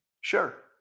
Sure